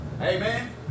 Amen